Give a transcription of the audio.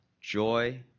joy